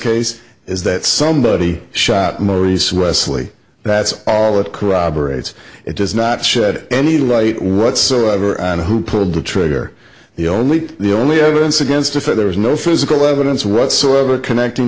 case is that somebody shot maurice wesley that's all that corroborates it does not shed any light whatsoever on who pulled the trigger the only the only evidence against her for there was no physical evidence whatsoever connecting